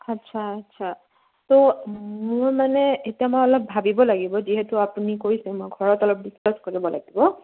আচ্ছা আচ্ছা ত' মোৰ মানে এতিয়া মই অলপ ভাবিব লাগিব যিহেতু আপুনি কৈছে মই ঘৰত অলপ ডিচকাছ কৰিব লাগিব